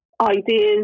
ideas